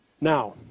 Now